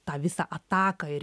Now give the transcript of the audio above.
tą visą ataką ir